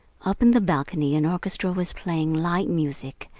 up in the balcony an orchestra was playing light music,